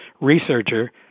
researcher